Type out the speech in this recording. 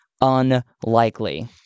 unlikely